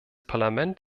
parlament